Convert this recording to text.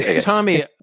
Tommy